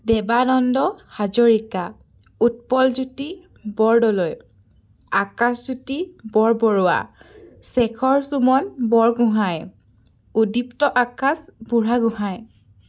Debananda Hazarika Utpal Jyoti Bordoloi Akash Jyoti Borborua Shekhar Suman Borgohain Uddipta Akash Burhagohain